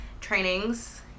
trainings